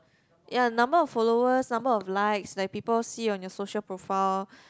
ya number of followers number of likes like people see on your social profile